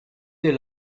des